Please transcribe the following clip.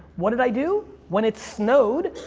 what did i do? when it snowed,